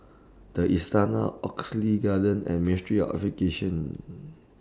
The Istana Oxley Garden and Ministry of Education